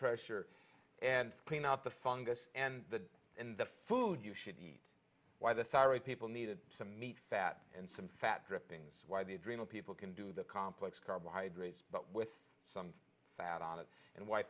pressure and clean up the fungus and the in the food you should eat why the thyroid people needed some meat fat and some fat drippings why the adrenal people can do the complex carbohydrates but with some fat on it and why